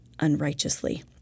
unrighteously